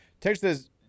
Texas